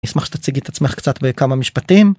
אני אשמח שתציגי את עצמך קצת בכמה משפטים.